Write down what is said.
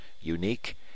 unique